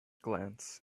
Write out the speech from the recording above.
glance